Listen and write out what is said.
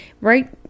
Right